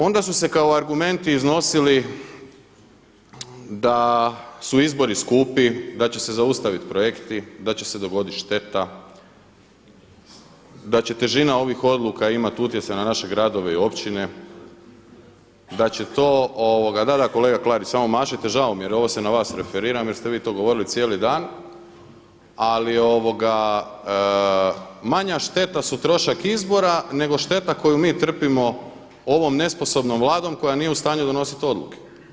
Onda su se kao argumenti iznosili da su izbori skupi, da će zaustaviti projekti, da će se dogoditi šteta, da će težina ovih odluka imati utjecaj na naše gradove i općine, da, da kolega Klarić samo mašite žao mi je jer ovo se na vas referiram jer ste vi to govorili cijeli dan, ali manja šteta su trošak izbora nego šteta koju mi trpimo ovom nesposobnom vladom koja nije u stanju donositi odluke.